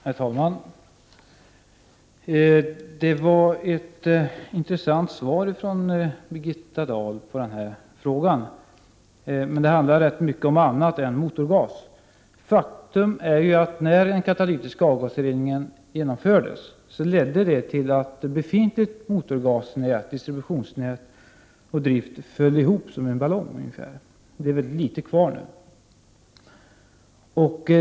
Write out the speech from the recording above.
Herr talman! Det var ett intressant svar från Birgitta Dahl på den här interpellationen. Svaret handlade dock ganska mycket om annat än motorgas. Faktum är att när katalytisk avgasrening genomfördes, ledde det till att det befintliga distributionsnätet för motorgasdrift sjönk ihop som en ballong. Det finns mycket litet kvar nu.